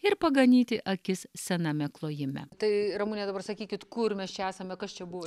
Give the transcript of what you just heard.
ir paganyti akis sename klojime tai ramune dabar sakykit kur mes čia esame kas čia buvo